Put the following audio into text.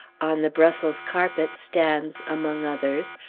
on the brussels carpet stands, among others,